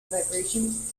vibration